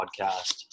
Podcast